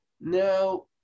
Now